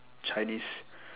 chinese